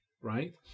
right